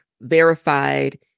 verified